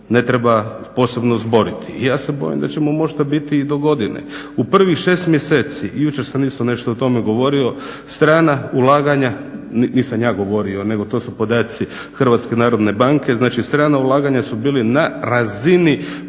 ne treba posebno zboriti i ja se bojim da ćemo možda biti i dogodine. U prvih 6 mjeseci, jučer sam isto nešto o tome govorio, strana ulaganja, nisam ja govorio nego to su podaci HNB-a, znači strana ulaganja su bila na razini